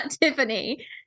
Tiffany